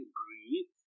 breathe